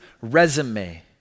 resume